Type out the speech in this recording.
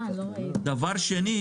שנית,